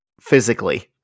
physically